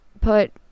put